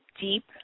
deep